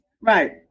Right